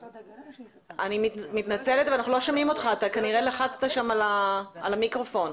--- אני מתנצלת אבל אנחנו לא שומעים אותך כבר כמה דקות.